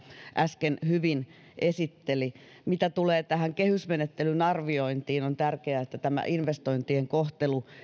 äsken hyvin esitteli mitä tulee tähän kehysmenettelyn arviointiin on tärkeää että investointien kohtelu